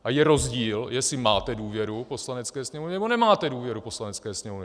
A je rozdíl, jestli máte důvěru Poslanecké sněmovny, nebo nemáte důvěru Poslanecké sněmovny.